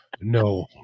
No